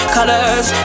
colors